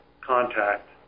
contact